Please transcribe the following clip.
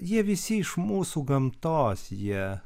jie visi iš mūsų gamtos jie